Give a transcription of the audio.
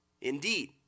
Indeed